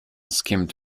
skimmed